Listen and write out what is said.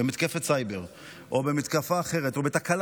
במתקפת סייבר או במתקפה אחרת או בתקלה